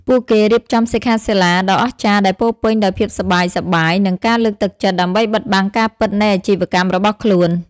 ពួកគេរៀបចំសិក្ខាសាលាដ៏អស្ចារ្យដែលពោរពេញដោយភាពសប្បាយៗ និងការលើកទឹកចិត្ត ដើម្បីបិទបាំងការពិតនៃអាជីវកម្មរបស់ខ្លួន។